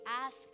ask